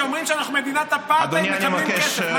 שאומרים שאנחנו מדינת אפרטהייד ומקבלים כסף.